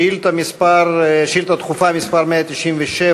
שאילתה דחופה מס' 197,